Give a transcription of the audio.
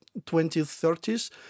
2030s